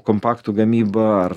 kompaktų gamyba ar